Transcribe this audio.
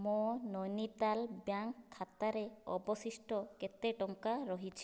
ମୋ' ନୈନିତାଲ ବ୍ୟାଙ୍କ୍ ଖାତାରେ ଅବଶିଷ୍ଟ କେତେ ଟଙ୍କା ରହିଛି